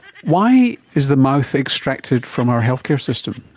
why is the mouth extracted from our healthcare system?